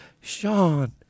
Sean